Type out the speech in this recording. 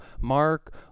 Mark